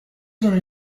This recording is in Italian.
sono